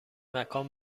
مکان